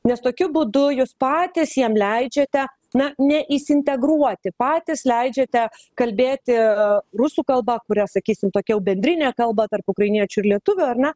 nes tokiu būdu jūs patys jiem leidžiate na nesiintegruoti patys leidžiate kalbėti rusų kalba kurią sakysim tokia bendrinė kalba tarp ukrainiečių ir lietuvių ar ne